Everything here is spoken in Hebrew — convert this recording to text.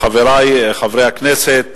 חברי חברי הכנסת,